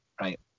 right